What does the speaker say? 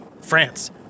France